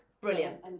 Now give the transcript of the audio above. brilliant